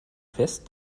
fest